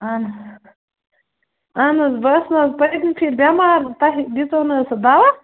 اہن اہن حظ بہٕ ٲسٕس نہٕ حظ پٔتۍمہِ پھیٖرِ بٮ۪مار تۄہہِ دِژوٕ نہٕ حظ سُہ دَوا